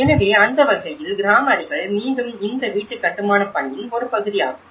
எனவே அந்த வகையில் கிராம அணிகள் மீண்டும் இந்த வீட்டு கட்டுமானப் பணியின் ஒரு பகுதியாகும்